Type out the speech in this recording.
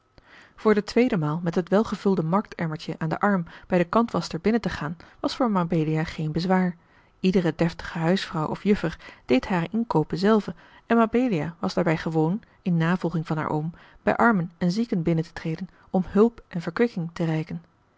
voor de tweede maal met het welgevulde marktemmertje aan den arm bij de kantwaschster binnen te gaan was voor mabelia geen bezwaar iedere deftige huisvrouw of juffer deed hare inkoopen zelve en mabelia was daarbij gewoon in navolging van haar oom bij armen en zieken binnen te treden om hulp en verkwikking te reiken